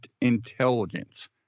intelligence